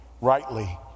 rightly